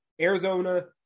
Arizona